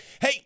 Hey